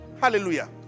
Hallelujah